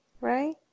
right